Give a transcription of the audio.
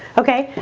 okay,